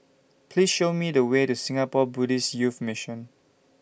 Please Show Me The Way to Singapore Buddhist Youth Mission